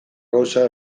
gauza